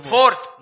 Fourth